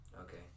Okay